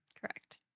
correct